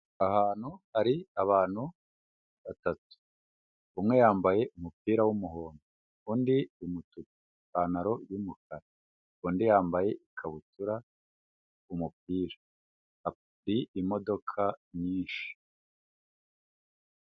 Ahantu hari abantu batatu, umwe yambaye umupira w'umuhondo, undi umutuku, ipantaro y'umukara, undi yambaye ikabutura n'umupira, afite imodoka nyinshi.